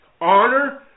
honor